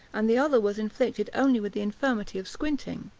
and the other was afflicted only with the infirmity of squinting.